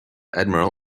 admiral